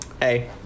Hey